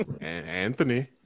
Anthony